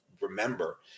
remember